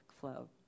flow